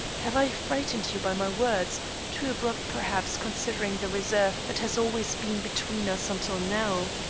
have i frightened you by my words too abrupt, perhaps, considering the reserve that has always been between us until now.